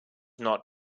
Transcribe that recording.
not